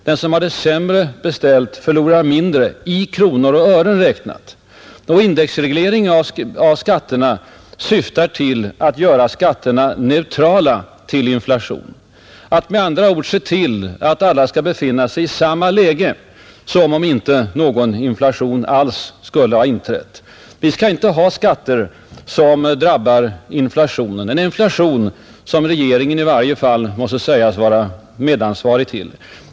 Den som har det sämre beställt förlorar mindre, i kronor och ören räknat. Indexregleringen av skatterna syftar till att göra skatterna neutrala till inflation, att med andra ord se till att alla skall befinna sig i samma läge som om inte någon inflation alls skulle ha inträffat. Vi skall inte ha skatter som drabbar inflationen, en inflation som regeringen i varje fall måste sägas vara medansvarig till.